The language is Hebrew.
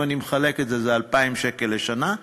אם אני מחלק את זה, זה 2,000 שקל לשנה.